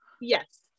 yes